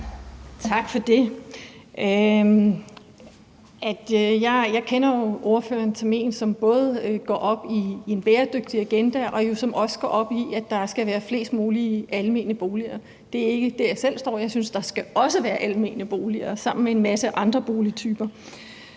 Tak for det. Jeg kender jo ordføreren som en, som både går op i den bæredygtige agenda og i, at der skal være flest mulige almene boliger. Det er ikke der, jeg selv står; jeg synes, at der også skal være almene boliger sammen med en masse andre boligtyper.